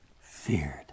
Feared